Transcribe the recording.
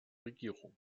regierung